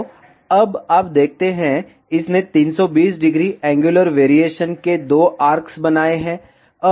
तो अब आप देखते हैं इसने 320 ° एंगुलर वेरिएशन के दो आर्क्स बनाए हैं